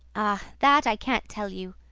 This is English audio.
ah, that i can't tell you.